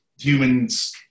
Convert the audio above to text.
humans